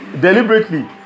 deliberately